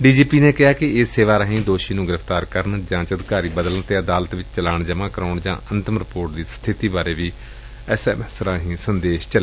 DGP ਨੇ ਕਿਹਾ ਕਿ ਇਸ ਸੇਵਾ ਰਾਹੀ ਦੋਸ਼ੀ ਨ੍ਰੰ ਗ੍ਰਿਫਤਾਰ ਕਰਨ ਜਾਂਚ ਅਧਿਕਾਰੀ ਬਦਲਣ ਅਤੇ ਅਦਾਲਤ ਵਿੱਚ ਚਲਾਣ ਜਮ੍ਮਾਂ ਕਰਵਾਉਣ ਜਾਂ ਅੰਤਿਮ ਰਿਪੋਰਟ ਦੀ ਸਬਿਤੀ ਬਾਰੇ ਐਸਐਮਐਸ ਰਾਹੀਂ ਸੰਦੇਸ਼ ਚਲਾ ਜਾਵੇਗਾ